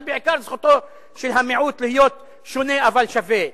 אלא בעיקר זכותו של המיעוט להיות שונה אבל שווה?